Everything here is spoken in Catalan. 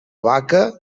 vaca